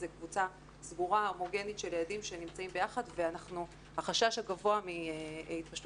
זו קבוצה סגורה הומוגנית של ילדים שנמצאים ביחד והחשש הגבוה מהתפשטות